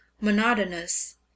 monotonous